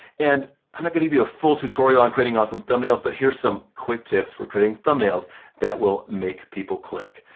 and i'm not gonna give you a full tutorial on creating awesome thumbnails, but here's some quick tips for creating thumbnails that will make people click.